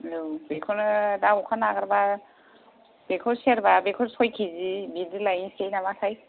औ बेखौनो दा अखा नागारब्ला बेखौ सेरबा बेखौ सय किजि बिदि लायनोसै नामाथाय